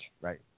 Right